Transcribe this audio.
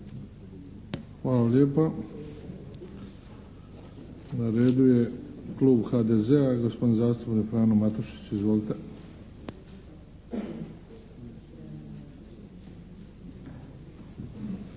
Hvala lijepa. Na redu je klub HDZ-a, gospodin zastupnik Frano Matušić. Izvolite!